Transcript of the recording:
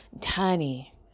tiny